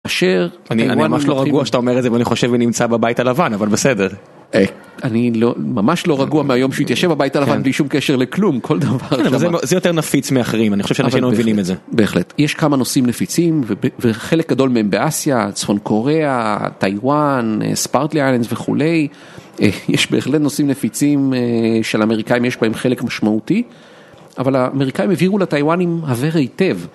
כאשר.. אני ממש לא רגוע שאתה אומר את זה, ואני חושב מי נמצא בבית הלבן, אבל בסדר. אני לא, ממש לא רגוע מהיום שהתיישב בבית הלבן בלי שום קשר לכלום, כל דבר. זה יותר נפיץ מאחרים, אני חושב שאנשים לא מבינים את זה. בהחלט. יש כמה נושאים נפיצים, וחלק גדול מהם באסיה, צפון קוריאה, טיוואן, ספארקלי איילנדס וכולי. יש בהחלט נושאים נפיצים שלאמריקאים, יש בהם חלק משמעותי. אבל האמריקאים הביאו לטיוואנים הבהר היטב.